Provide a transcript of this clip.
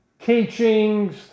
teachings